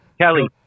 Kelly